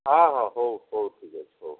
ହଁ ହଁ ହଉ ହଉ ଠିକ୍ ଅଛି ହଉ